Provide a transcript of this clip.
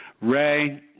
Ray